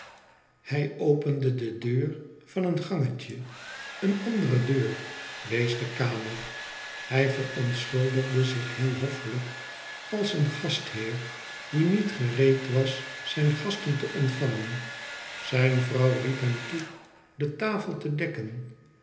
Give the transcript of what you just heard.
hij opende de deur van een gangetje een andere deur wees de kamer hij verontschuldigde zich heel hoffelijk als een gastheer die niet gereed was zijn gasten te ontvangen zijn vrouw riep hem toe de tafel te dekken